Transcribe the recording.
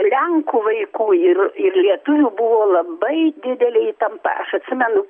lenkų vaikų ir ir lietuvių buvo labai didelė įtampa aš atsimenu